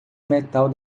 metal